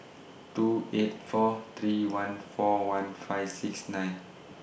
two eight four three one four one five six nine